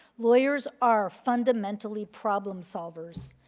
lawyers are fundamentally problem solvers,